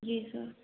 जी sir